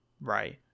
Right